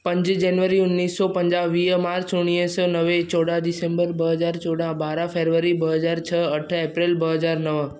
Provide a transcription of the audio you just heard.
पंज जनवरी उणिवीह सौ पंजाह वीह मार्च उणिवीह सौ नवे चोॾहां दिसंबर ॿ हज़ार चोॾहां ॿारहां फरवरी ॿ हज़ार छह अठ एप्रिल ॿ हज़ार नव